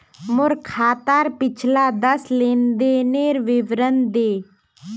मोर खातार पिछला दस लेनदेनेर विवरण दे